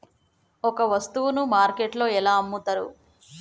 ఒక వస్తువును మార్కెట్లో ఎలా అమ్ముతరు?